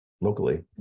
locally